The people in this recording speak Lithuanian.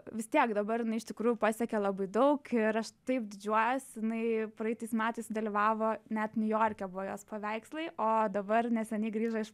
vis tiek dabar jinai iš tikrųjų pasiekė labai daug ir aš taip didžiuojuosi jinai praeitais metais dalyvavo net niujorke buvo jos paveikslai o dabar neseniai grįžo iš